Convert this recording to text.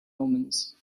omens